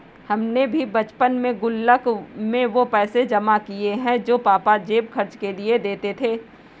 हमने भी बचपन में गुल्लक में वो पैसे जमा किये हैं जो पापा जेब खर्च के लिए देते थे